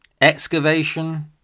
excavation